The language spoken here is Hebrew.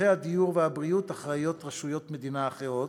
לצורכי הדיור והבריאות אחראיות רשויות מדינה אחרות.